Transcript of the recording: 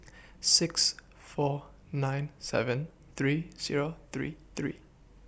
six four nine seven three Zero three three